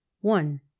one